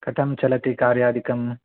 कथं चलति कार्यादिकं